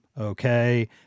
okay